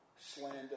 slander